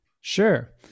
Sure